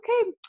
okay